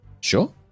Sure